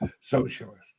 socialist